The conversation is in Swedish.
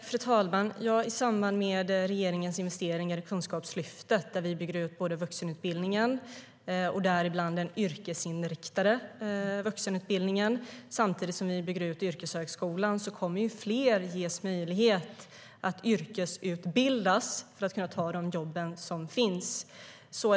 Fru talman! I samband med regeringens investeringar i Kunskapslyftet, där vi bygger ut vuxenutbildningen och däribland den yrkesinriktade vuxenutbildningen samtidigt som vi bygger ut yrkeshögskolan, kommer fler att ges möjlighet att yrkesutbildas för att kunna ta de jobb som finns.